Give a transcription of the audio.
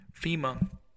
FEMA